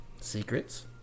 Secrets